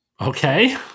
Okay